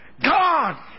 God